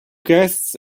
guests